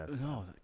No